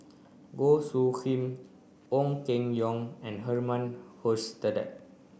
Goh Soo Khim Ong Keng Yong and Herman Hochstadt